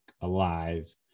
alive